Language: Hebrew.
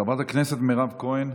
חברת הכנסת מירב כהן.